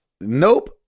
nope